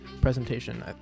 presentation